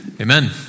Amen